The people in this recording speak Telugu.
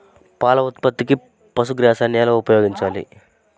పాల ఉత్పత్తికి పశుగ్రాసాన్ని ఎలా ఉపయోగించాలి?